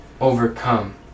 overcome